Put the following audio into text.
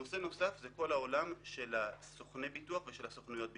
נושא נוסף זה כל עולם סוכני הביטוח וסוכנויות הביטוח.